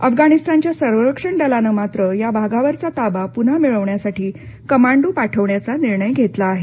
अफगाणिस्थानच्या संरक्षण दलानं मात्र ह्या भागावरचा ताबा पुन्हा मिळवण्यासाठी कमांडो पाठवण्याचा निर्णय घेतला आहे